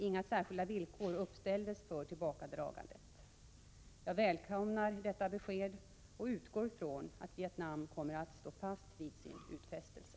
Inga särskilda villkor uppställdes för tillbakadragandet. Jag välkomnar detta besked och utgår från att Vietnam kommer att stå fast vid sin utfästelse.